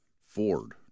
Ford